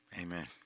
Amen